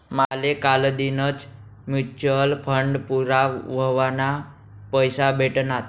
माले कालदीनच mutual fund पूरा व्हवाना पैसा भेटनात